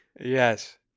Yes